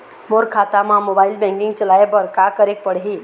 मोर खाता मा mobile banking चलाए बर का करेक पड़ही?